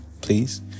please